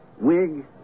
Wig